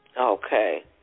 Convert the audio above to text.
Okay